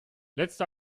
letzte